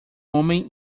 homem